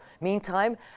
Meantime